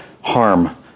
harm